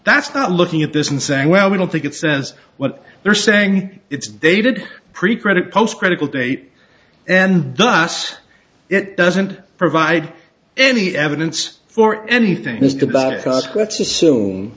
that's not looking at this and saying well we don't think it says what they're saying it's dated pre credit post critical date and dust it doesn't provide any evidence for anything this